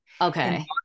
Okay